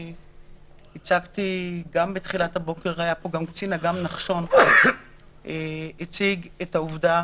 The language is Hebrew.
בבוקר היה פה קצין אג"ם נחשון, והציג את העובדה